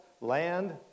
land